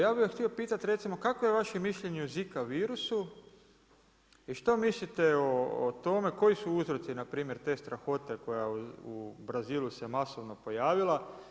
Ja bih vas htio pitati recimo kakvo je vaše mišljenje o zika virusu i što mislite o tome koji su uzroci na primjer te strahote koja u Brazilu se masovno pojavila.